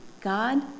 God